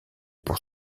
pour